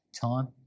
time